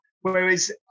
Whereas